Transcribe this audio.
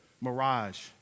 Mirage